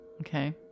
Okay